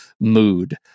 mood